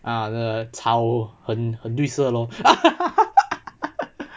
uh the 草很绿色 lor